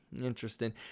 Interesting